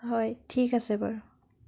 হয় ঠিক আছে বাৰু